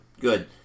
Good